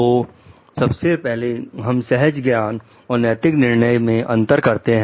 तो सबसे पहले हम सहज ज्ञान और नैतिक निर्णय में अंतर करते हैं